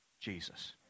Jesus